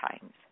times